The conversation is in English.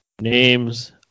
Names